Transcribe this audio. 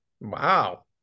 Wow